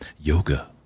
yoga